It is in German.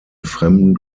fremden